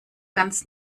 ganz